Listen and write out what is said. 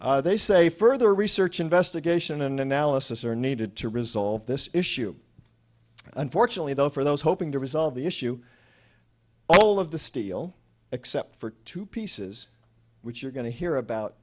they say further research investigation and analysis are needed to resolve this issue unfortunately though for those hoping to resolve the issue all of the steel except for two pieces which you're going to hear about